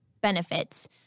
benefits